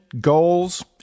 goals